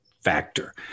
factor